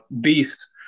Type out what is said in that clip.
beast